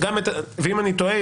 ואם אני טועה,